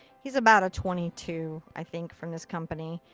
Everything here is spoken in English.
he's about a twenty two. i think. from this company.